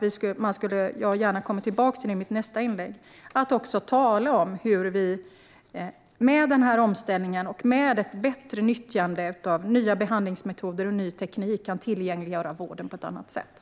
Vi behöver också tala om hur man med denna omställning och med ett bättre nyttjande av nya behandlingsmetoder och ny teknik kan tillgängliggöra vården på ett annat sätt.